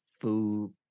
food